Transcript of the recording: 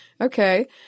Okay